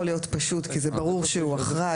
להיות פשוט כי זה ברור שהוא אחראי,